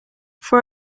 for